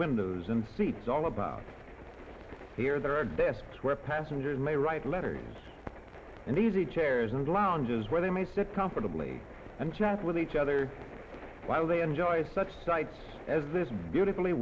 windows and seats all about here there are desks where passengers may write letters and easy chairs and lounges where they may sit comfortably and chat with each other while they enjoy such sights as this beautifully